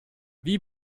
wie